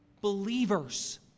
believers